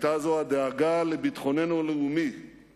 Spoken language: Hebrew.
הדאגה לביטחוננו הלאומי היא